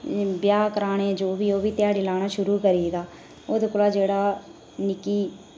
इ'यां ब्याह कराने जो बी ओह् बी ध्याड़ी लाना शुरू करी दा ओह्दे कोला जेह्ड़ा निक्की